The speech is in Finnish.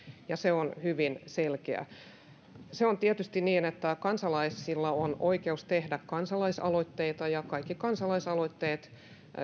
ja se on hyvin selkeää on tietysti niin että kansalaisilla on oikeus tehdä kansalaisaloitteita ja kaikki kansalaisaloitteet